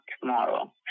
tomorrow